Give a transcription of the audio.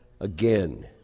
again